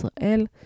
Israel